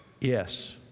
Yes